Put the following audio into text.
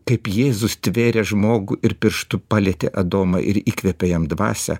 kaip jėzus tvėrė žmogų ir pirštu palietė adomą ir įkvepė jam dvasią